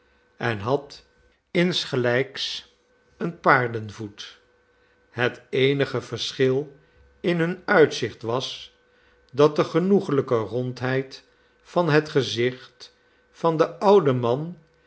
en had insgelijks een paardenvoet het eenige verschil in nun uitzicht was dat de genoeglijke rondheid van het gezicht van den ouden man